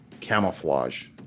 camouflage